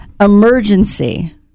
emergency